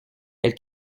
elle